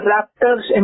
Raptors